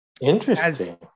Interesting